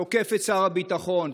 תוקף את שר הביטחון,